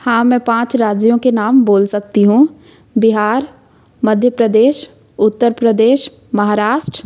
हाँ मैं पाँच राज्यों के नाम बोल सकती हूँ बिहार मध्य प्रदेश उत्तर प्रदेश महाराष्ट्र